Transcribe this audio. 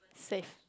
safe